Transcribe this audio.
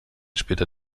später